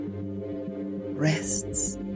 Rests